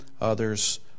others